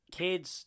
kids